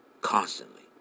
Constantly